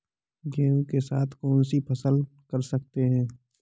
गेहूँ के साथ कौनसी फसल कर सकते हैं?